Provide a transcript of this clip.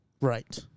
Right